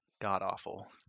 god-awful